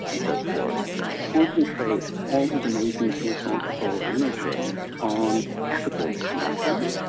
and so forth to concentrate all his amazing philosophical energy on ethical matters,